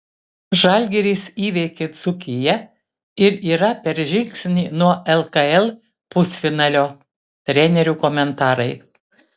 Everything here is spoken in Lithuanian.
žalgiris įveikė dzūkiją ir yra per žingsnį nuo lkl pusfinalio trenerių komentarai